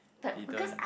didn't